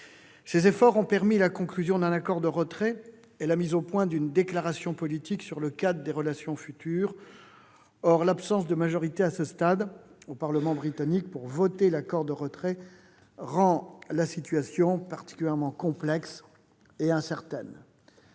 Ses efforts ont permis la conclusion d'un accord de retrait et la mise au point d'une déclaration politique sur le cadre des relations futures. Or l'absence de majorité au Parlement britannique, à ce stade, pour adopter l'accord de retrait rend la situation particulièrement complexe etincertaine.